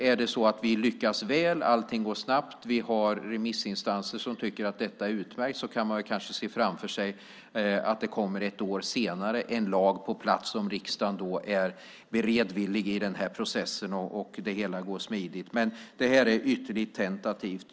Om vi lyckas väl, om allting går snabbt och remissinstanserna tycker att detta är utmärkt, om riksdagen är beredvillig i processen och det hela går smidigt kan vi kanske se framför oss att det ett år senare kommer en lag på plats. Men det här är ytterligt tentativt.